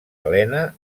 helena